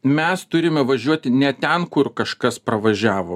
mes turime važiuoti ne ten kur kažkas pravažiavo